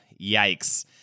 Yikes